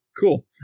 cool